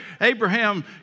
Abraham